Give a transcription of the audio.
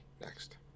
Next